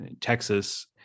Texas